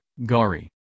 gari